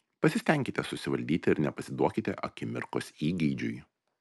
pasistenkite susivaldyti ir nepasiduokite akimirkos įgeidžiui